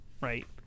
right